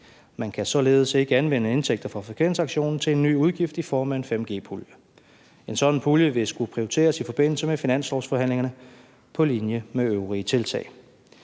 Man kan således ikke anvende indtægter fra frekvensauktionen til en ny udgift i form af en 5G-pulje. En sådan pulje ville skulle prioriteres i forbindelse med finanslovsforhandlingerne på linje med øvrige tiltag.